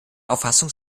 auffassung